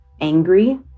angry